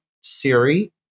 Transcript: Siri